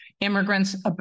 immigrants